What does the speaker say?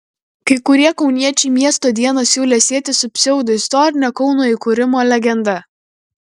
kai kurie kauniečiai miesto dieną siūlė sieti su pseudoistorine kauno įkūrimo legenda